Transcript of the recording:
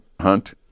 hunt